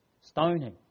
stoning